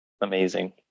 Amazing